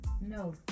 No